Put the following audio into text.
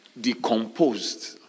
decomposed